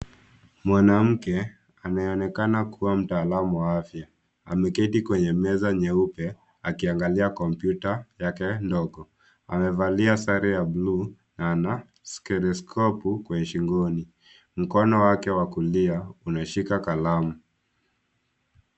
Mwanamke anayeonekana kuwa mtaalamu wa afya ameketi kwenye meza nyeupe akiangalia kompyuta yake ndogo. Amevalia sare ya buluu na ana steleskopu kwenye shingoni. Mkono wake wa kulia unashika kalamu.